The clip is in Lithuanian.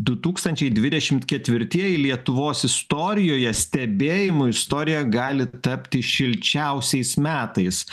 du tūkstančiai dvidešimt ketvirtieji lietuvos istorijoje stebėjimui istorija gali tapti šilčiausiais metais